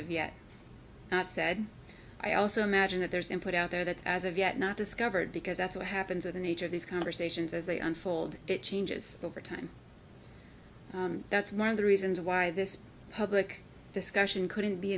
of yet said i also imagine that there's input out there that as of yet not discovered because that's what happens in the nature of these conversations as they unfold it changes over time that's one of the reasons why this public discussion couldn't be